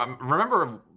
Remember